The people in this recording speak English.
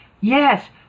Yes